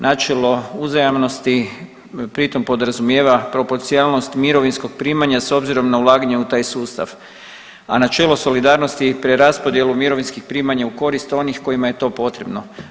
Načelo uzajamnosti pritom podrazumijeva proporcionalnost mirovinskog primanja s obzirom na ulaganja u taj sustav, a načelo solidarnosti i preraspodjelu mirovinskih primanja u korist onih kojima je to potrebno.